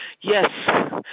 Yes